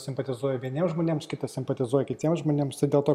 simpatizuoja vieniem žmonėms kitas simpatizuoja kitiems žmonėms tai dėl to